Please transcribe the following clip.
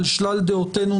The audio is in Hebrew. על שלל דעותינו,